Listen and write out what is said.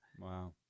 Wow